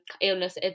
illness